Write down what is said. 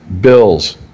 Bills